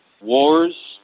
wars